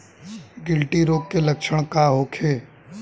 गिल्टी रोग के लक्षण का होखे?